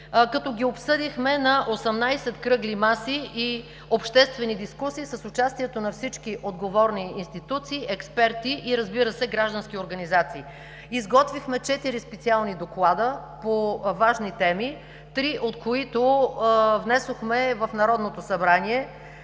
като ги обсъдихме на 18 кръгли маси и обществени дискусии с участието на всички отговорни институции, експерти и, разбира се, граждански организации. Изготвихме четири специални доклада по важни теми, три от които внесохме в Народното събрание